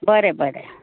बरें बरें